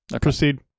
proceed